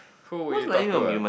who do you talk to ah